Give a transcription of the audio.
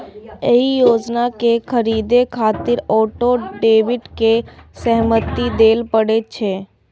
एहि योजना कें खरीदै खातिर ऑटो डेबिट के सहमति देबय पड़ै छै